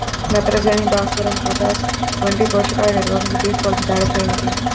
నత్రజని, భాస్వరం, పొటాష్ వంటి పోషకాల నిర్వహణకు తీసుకోవలసిన జాగ్రత్తలు ఏమిటీ?